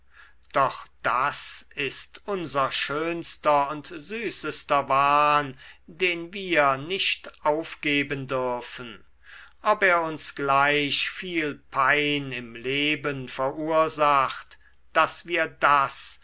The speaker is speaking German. doch das ist unser schönster und süßester wahn den wir nicht aufgeben dürfen ob er uns gleich viel pein im leben verursacht daß wir das